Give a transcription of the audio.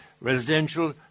Residential